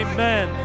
Amen